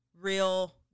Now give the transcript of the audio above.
real